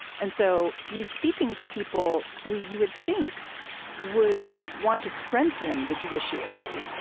and so he's speaking to people who you would think would want to strengthen the judiciary.